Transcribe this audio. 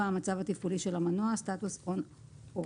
המצב התפעולי של המנוע (status on/off)."